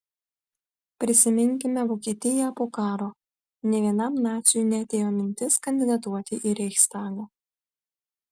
prisiminkime vokietiją po karo nė vienam naciui neatėjo mintis kandidatuoti į reichstagą